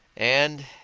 and,